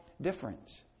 difference